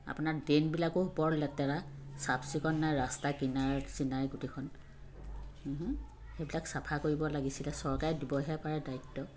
আপোনাৰ ড্ৰেইনবিলাকো ওপৰত লেতেৰা চাফচিকুণ নাই ৰাস্তা কিনাৰ চিনাৰ গোটেইখন সেইবিলাক চাফা কৰিব লাগিছিলে চৰকাৰে দিবহে পাৰে দায়িত্ব